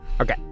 Okay